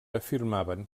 afirmaven